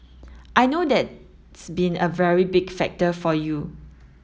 I know that's been a very big factor for you